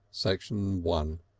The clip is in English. section one